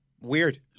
Weird